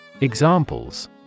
Examples